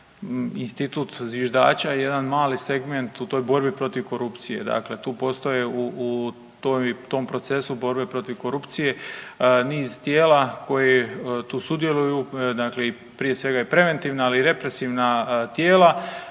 institut zviždača je jedan mali segment u toj borbi protiv korupcije. Dakle, tu postoje u tom procesu borbe protiv korupcije niz tijela koje tu sudjeluju prije svega i preventivna, ali i represivna tijela,